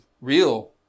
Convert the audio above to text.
real